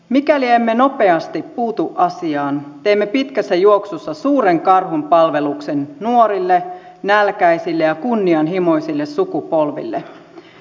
mikäli emme nopeasti puutu asiaan teemme pitkässä juoksussa suuren karhunpalveluksen nuorille nälkäisille ja kunnianhimoisille sukupolville